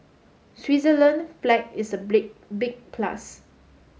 Switzerland flag is a big plus